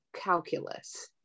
calculus